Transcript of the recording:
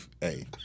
hey